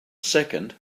second